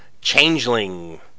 changeling